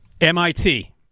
MIT